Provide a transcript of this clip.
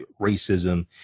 racism